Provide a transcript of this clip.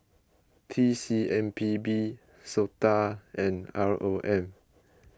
T C M P B Sota and R O M